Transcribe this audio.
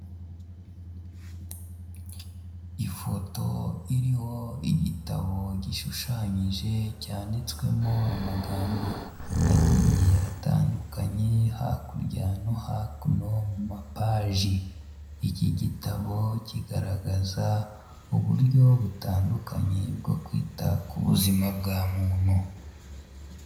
Ifoto iriho igitabo gishushanyije cyanditswemo amagambo agiye atandukanye hakurya no hakuno mu mapaji iki gitabo kigaragaza uburyo butandukanye bwo kwita ku buzima bwa muntu.